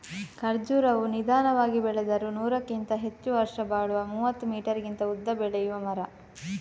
ಖರ್ಜುರವು ನಿಧಾನವಾಗಿ ಬೆಳೆದರೂ ನೂರಕ್ಕಿಂತ ಹೆಚ್ಚು ವರ್ಷ ಬಾಳುವ ಮೂವತ್ತು ಮೀಟರಿಗಿಂತ ಉದ್ದ ಬೆಳೆಯುವ ಮರ